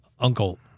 Uncle